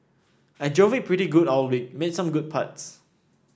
I drove it pretty good all week made some good putts